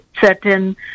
certain